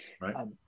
Right